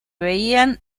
veían